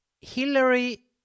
Hillary